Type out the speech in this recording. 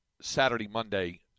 Saturday-Monday